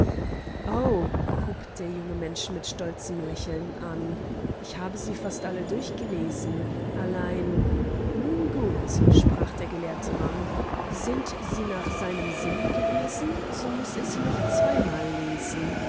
hub der junge mensch mit stolzem lächeln an ich habe sie fast alle durchgelesen allein nun gut sprach der gelehrte mann sind sie nach seinem sinn gewesen so muß er sie noch zweimal lesen